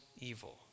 evil